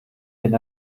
den